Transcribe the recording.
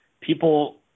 people –